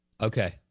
Okay